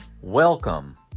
welcome